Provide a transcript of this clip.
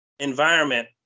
environment